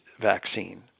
vaccine